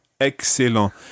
excellent